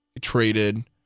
traded